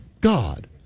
God